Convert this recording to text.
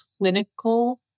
clinical